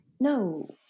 No